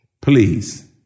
please